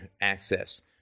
access